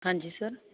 ਹਾਂਜੀ ਸਰ